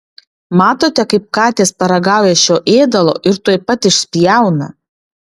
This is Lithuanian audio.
matote kaip katės paragauja šio ėdalo ir tuoj pat išspjauna